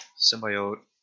symbiote